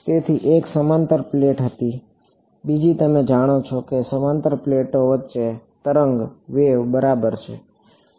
તેથી એક સમાંતર પ્લેટ હતી બીજી તમે જાણો છો કે સમાંતર પ્લેટો વચ્ચે તરંગ બરાબર છે